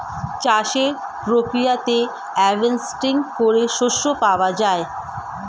চাষের প্রক্রিয়াতে হার্ভেস্টিং করে শস্য পাওয়া যায়